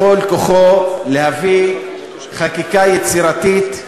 בכל כוחו להביא חקיקה יצירתית,